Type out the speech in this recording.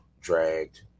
dragged